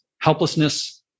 helplessness